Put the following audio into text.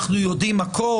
אנחנו יודעים הכול.